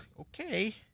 Okay